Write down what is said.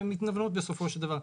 והן מתנוונות בסופו של דבר.